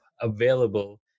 available